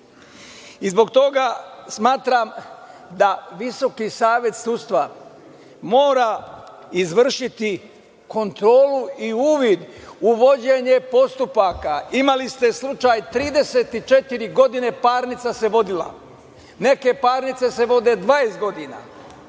prava. Zbog toga smatram da Visoki savet sudstva mora izvršiti kontrolu i uvid u vođenje postupaka. Imali ste slučaj da se 34 godine vodila parnica. Neke parnice se vode 20 godina.